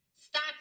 stop